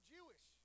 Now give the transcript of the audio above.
Jewish